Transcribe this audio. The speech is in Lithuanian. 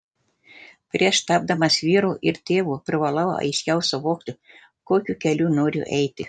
prieš tapdamas vyru ir tėvu privalau aiškiau suvokti kokiu keliu noriu eiti